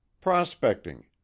Prospecting